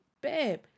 Babe